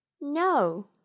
No